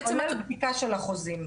כולל בדיקה של החוזים.